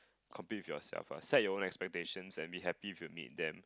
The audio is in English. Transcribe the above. compete with yourself uh set your own expectations and be happy if you meet them